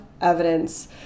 evidence